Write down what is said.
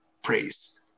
praise